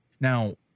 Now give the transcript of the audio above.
Now